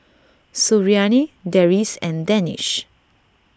Suriani Deris and Danish